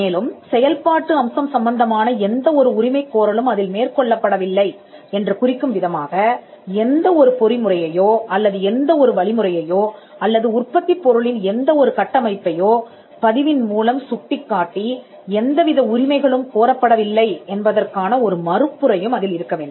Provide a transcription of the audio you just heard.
மேலும் செயல்பாட்டு அம்சம் சம்பந்தமான எந்த ஒரு உரிமைகோரலும் அதில் மேற்கொள்ளப்படவில்லை என்று குறிக்கும் விதமாக எந்த ஒரு பொறிமுறையையோ அல்லது எந்த ஒரு வழிமுறையையோ அல்லது உற்பத்திப் பொருளின் எந்த ஒரு கட்டமைப்பையோ பதிவின் மூலம் சுட்டிக்காட்டி எந்தவித உரிமைகளும் கோரப்படவில்லை என்பதற்கான ஒரு மறுப்புரையும் அதில் இருக்க வேண்டும்